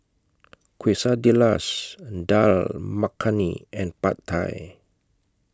Quesadillas Dal Makhani and Pad Thai